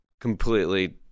completely